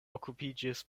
okupiĝis